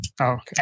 okay